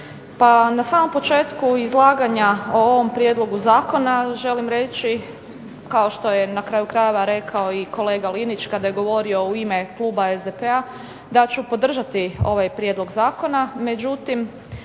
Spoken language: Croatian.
na samom početku izlaganja o ovom prijedlogu zakona želim reći kao što je na kraju krajeva rekao i kolega Linić kada je govorio u ime kluba SDP-a da ću podržati ovaj prijedlog zakona.